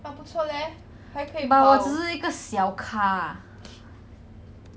很多比较厉害的 you know back then even 我在 ngee ann we also never